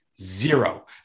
Zero